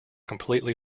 completely